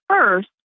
first